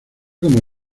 como